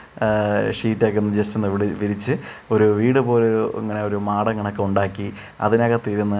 ഷീറ്റക്കൊന്ന് ജെസ്റ്റൊന്ന് വിട് വിരിച്ച് ഒരു വീട് പോലൊരു ഇങ്ങനൊരു മാടങ്കണക്കൊണ്ടാക്കി അതിനകത്ത് ഇരുന്ന്